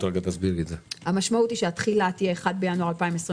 המשמעות היא שהתחילה תהיה 1.1.21,